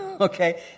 Okay